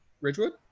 Ridgewood